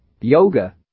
Yoga